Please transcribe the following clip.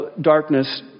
darkness